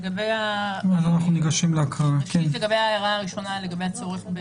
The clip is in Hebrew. לגבי ההערה הראשונה,